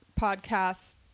podcast